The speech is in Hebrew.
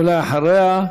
ואחריה,